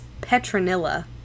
Petronilla